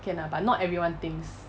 can lah but not everyone thinks